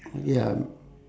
ya